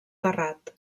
terrat